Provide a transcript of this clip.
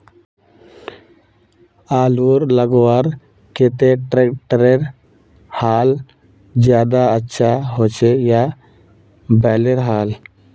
आलूर लगवार केते ट्रैक्टरेर हाल ज्यादा अच्छा होचे या बैलेर हाल?